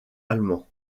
allemands